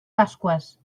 pasqües